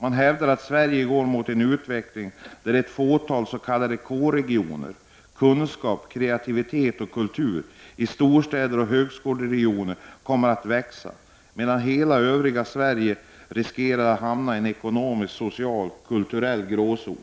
Det hävdas att Sverige går mot en utveckling, där ett fåtal s.k. K-regioner — där K står för kunskap, kreativitet och kultur — i storstäder och högskoleregioner kommer att växa, medan övriga Sverige riskerar att hamna i en ekonomisk, social och kulturell gråzon.